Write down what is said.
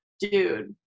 dude